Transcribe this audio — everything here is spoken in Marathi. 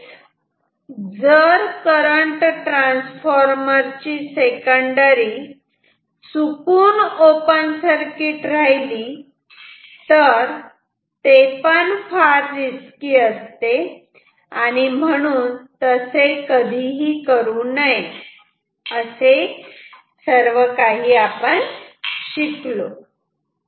तसेच जर करंट ट्रान्सफॉर्मर ची सेकंडरी चुकून ओपन सर्किट राहिली तर ते फार रिस्की असते आणि म्हणून तसे कधीही करू नये असे आपण सर्व काही शिकलो